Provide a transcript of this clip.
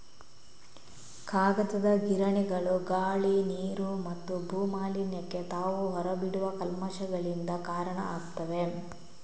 ಕಾಗದದ ಗಿರಣಿಗಳು ಗಾಳಿ, ನೀರು ಮತ್ತು ಭೂ ಮಾಲಿನ್ಯಕ್ಕೆ ತಾವು ಹೊರ ಬಿಡುವ ಕಲ್ಮಶಗಳಿಂದ ಕಾರಣ ಆಗ್ತವೆ